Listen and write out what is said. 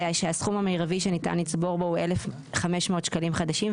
שהסכום המרבי שניתן לצבור בו הוא 1,500 שקלים חדשים,